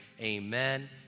Amen